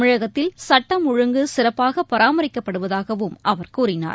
தமிழகத்தில் சட்டம் ஒழுங்கு சிறப்பாகபராமிக்கப்படுவதாகவம் அவர் கூறினார்